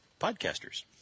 podcasters